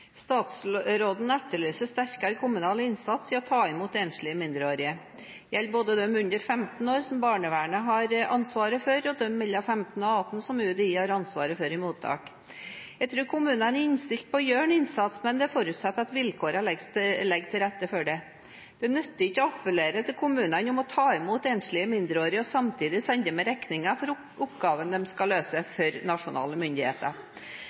Statsråden etterlyser sterkere kommunal innsats for å ta imot enslige mindreårige. Det gjelder både de under 15 år som barnevernet har ansvaret for, og de mellom 15 og 18 år som UDI har ansvar for i mottak. Jeg tror kommunene er innstilt på å gjøre en innsats, men det forutsetter at vilkårene ligger til rette for det. Det nytter ikke å appellere til kommunene om å ta imot enslige mindreårige og samtidig sende med regningen for oppgaven de skal løse for nasjonale myndigheter.